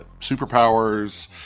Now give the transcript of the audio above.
superpowers